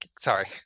Sorry